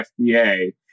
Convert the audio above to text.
FDA